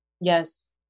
yes